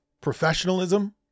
professionalism